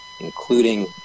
including